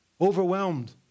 overwhelmed